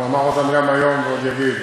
הוא אמר אותם גם היום ועוד יגיד.